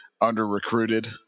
under-recruited